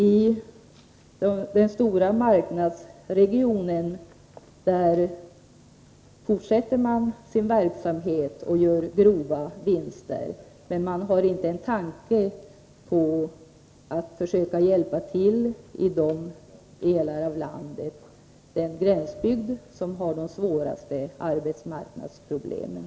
I den stora marknadsregionen fortsätter man sin verksamhet och gör grova vinster, men man har inte en tanke på att försöka hjälpa till i den gränsbygd som har de svåraste arbetsmarknadsproblemen.